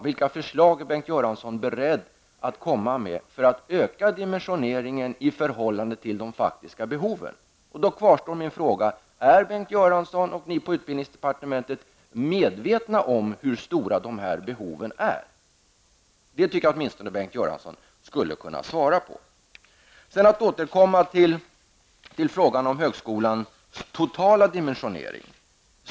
Vilka förslag är Bengt Göransson beredd att komma med för att öka dimensioneringen i förhållande till de faktiska behoven? Min fråga kvarstår. Är Bengt Göransson och tjänstemännen på utbildningsdepartementet medvetna om hur stora dessa behov är? Det tycker jag att Bengt Göransson åtminstone skulle kunna svara på. Sedan till frågan om högskolans totala dimensionering.